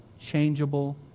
Changeable